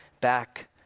back